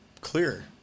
clear